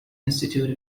institute